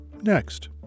next